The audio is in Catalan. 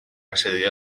accedir